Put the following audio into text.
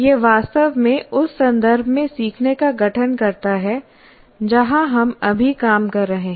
यह वास्तव में उस संदर्भ में सीखने का गठन करता है जहां हम अभी काम कर रहे हैं